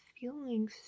feeling